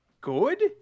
good